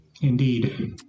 Indeed